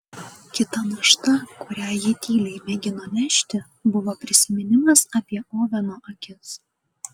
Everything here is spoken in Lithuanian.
kita našta kurią ji tyliai mėgino nešti buvo prisiminimas apie oveno akis